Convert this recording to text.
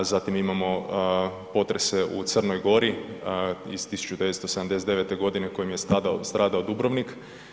Zatim imamo potrese u Crnoj Gori iz 1979. godine kojim je stradao Dubrovnik.